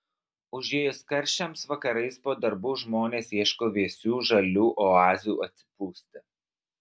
užėjus karščiams vakarais po darbų žmonės ieško vėsių žalių oazių atsipūsti